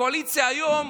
הקואליציה היום,